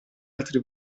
altri